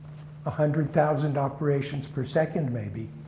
hundred thousand operations per second, maybe.